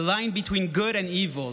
a line between good and evil,